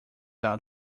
out